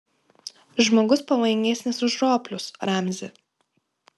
žmogus pavojingesnis už roplius ramzi